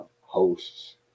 hosts